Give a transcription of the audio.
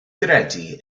gredu